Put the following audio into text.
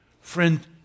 Friend